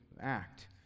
act